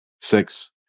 Six